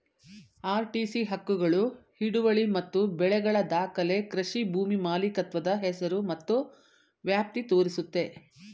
RTC ಹಕ್ಕುಗಳು ಹಿಡುವಳಿ ಮತ್ತು ಬೆಳೆಗಳ ದಾಖಲೆ ಕೃಷಿ ಭೂಮಿ ಮಾಲೀಕತ್ವದ ಹೆಸರು ಮತ್ತು ವ್ಯಾಪ್ತಿ ತೋರಿಸುತ್ತೆ